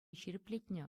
ҫирӗплетнӗ